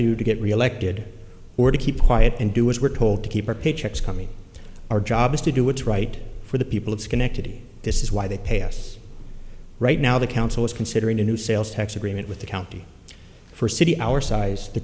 to to get reelected or to keep quiet and do as we're told to keep our paychecks coming our job is to do what's right for the people of schenectady this is why they pay us right now the council is considering a new sales tax agreement with the county for city our size the